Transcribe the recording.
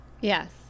Yes